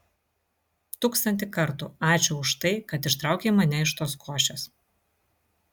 tūkstantį kartų ačiū už tai kad ištraukei mane iš tos košės